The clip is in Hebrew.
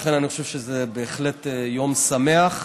לכן אני חושב שזה בהחלט יום שמח,